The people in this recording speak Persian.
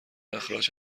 اخراج